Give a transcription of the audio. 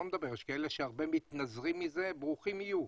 יש הרבה שמתנזרים מזה, וברוכים יהיו.